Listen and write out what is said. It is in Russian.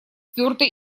твердо